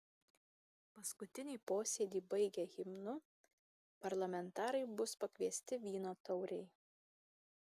paskutinį posėdį baigę himnu parlamentarai bus pakviesti vyno taurei